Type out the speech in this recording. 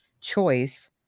choice